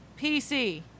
PC